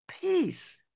peace